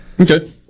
Okay